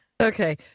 Okay